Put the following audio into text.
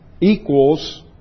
equals